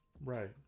right